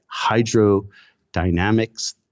hydrodynamics